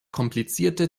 komplizierte